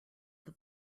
that